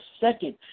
second